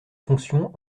fonctions